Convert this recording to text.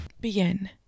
Begin